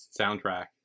soundtrack